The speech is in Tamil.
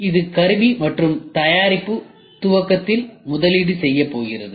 இது கருவி மற்றும் தயாரிப்பு துவக்கத்தில் முதலீடு செய்யப் போகிறது